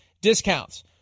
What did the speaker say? discounts